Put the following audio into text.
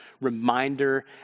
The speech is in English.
reminder